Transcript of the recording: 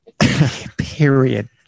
period